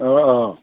অঁ অঁ